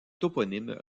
toponymes